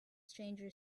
stranger